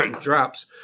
drops